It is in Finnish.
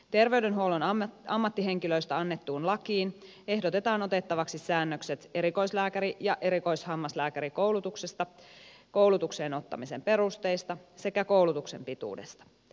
terveydenhuollon ammattihenkilöistä annettuun lakiin ehdotetaan otettavaksi säännökset erikoislääkäri ja erikoishammaslääkärikoulutuksesta koulutukseen ottamisen perusteista sekä koulutuksen pituudesta